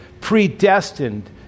predestined